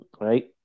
right